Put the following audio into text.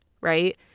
right